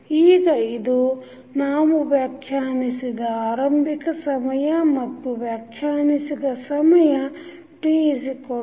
ಈಗ ಇದು ನಾವು ವ್ಯಾಖ್ಯಾನಿಸಿದ ಆರಂಭಿಕ ಸಮಯ ಮತ್ತು ವ್ಯಾಖ್ಯಾನಿಸಿದ ಸಮಯ t0